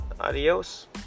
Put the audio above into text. adios